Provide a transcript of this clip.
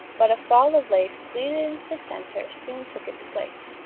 but a fall of lace pleated in the centre soon took its place.